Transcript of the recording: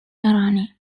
durrani